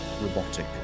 robotic